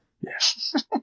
Yes